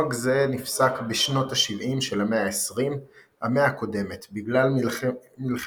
נוהג זה נפסק בשנות ה-70 של המאה ה-20 המאה הקודמת בגלל מלחמת